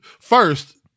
First